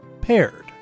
Paired